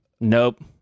nope